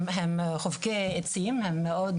הם חובקי עצים, הם מאוד